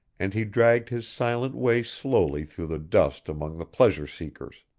and he dragged his silent way slowly through the dust among the pleasure-seekers.